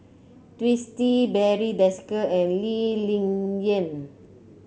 Twisstii Barry Desker and Lee Ling Yen